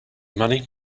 money